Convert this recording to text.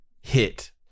Hit